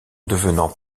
devenant